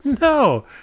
No